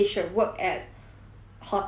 hotel kind of work but because